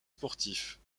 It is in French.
sportifs